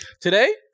today